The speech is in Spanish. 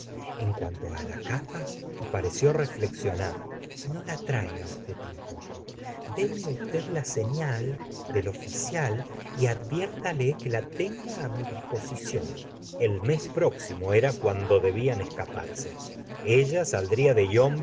en cuanto á la capa y pareció reflexionar no la traiga uste l tampoco déme usted las señal del oficial y adviértale que la t enga á mi disposición el mes próximo era cuando debían escaparse ella saldría de